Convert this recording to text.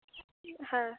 হ্যাঁ